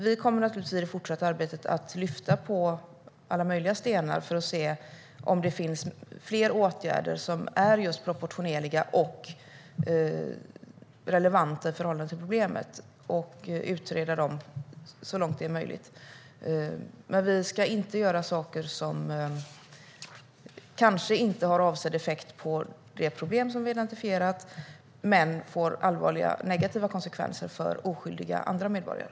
Vi kommer i det fortsatta arbetet att lyfta på alla möjliga stenar för att se om det finns fler åtgärder som är proportionerliga och relevanta i förhållande till problemet och utreda dem så långt det är möjligt. Men vi ska inte göra saker som kanske inte har avsedd effekt på det problem som vi identifierat men får allvarliga negativa konsekvenser för oskyldiga andra medborgare.